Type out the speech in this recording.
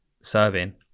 serving